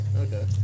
Okay